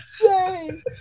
Yay